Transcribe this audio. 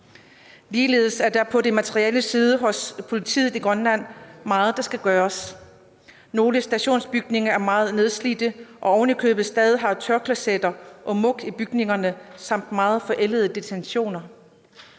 Ligeledes er der på den materielle side hos politiet i Grønland meget, der skal gøres. Nogle stationsbygninger er meget nedslidte og har oven i købet stadig tørklosetter og mug i bygningerne samt meget forældede detentioner.